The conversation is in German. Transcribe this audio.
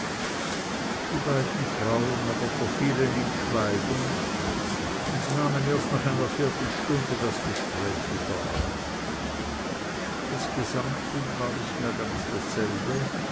die beiden frauen aber verfielen in schweigen und nahmen erst nach einer viertelstunde das gespräch wieder auf das gesamtbild war nicht mehr ganz dasselbe